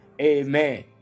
Amen